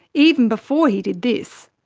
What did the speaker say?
even before he did this.